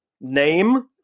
name